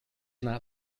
not